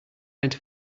went